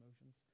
emotions